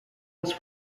was